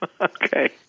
Okay